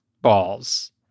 balls